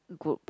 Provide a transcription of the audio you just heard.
group